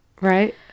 right